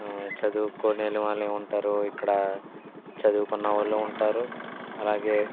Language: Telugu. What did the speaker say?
చదువుకోలేని వాళ్ళే ఉంటారు ఇక్కడ చదువుకున్న వాళ్ళు ఉంటారు అలాగే